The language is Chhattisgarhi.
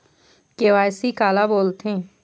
के.वाई.सी काला बोलथें?